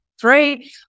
three